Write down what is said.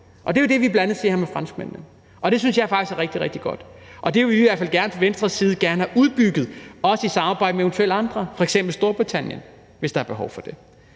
det er jo det, vi bl.a. ser her med franskmændene, og det synes jeg faktisk er rigtig, rigtig godt, og det vil vi i hvert fald fra Venstres side gerne have udbygget, eventuelt også i samarbejde med andre som f.eks. Storbritannien, hvis der er behov for det.